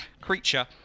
creature